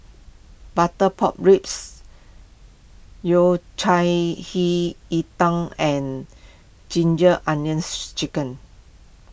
Butter Pork Ribs Yao Cai Hei Ji Tang and Ginger Onions Chicken